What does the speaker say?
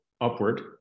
upward